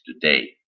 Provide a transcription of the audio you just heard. today